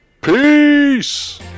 peace